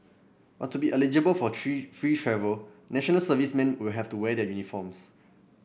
but to be eligible for tree free travel National Servicemen will have to wear their uniforms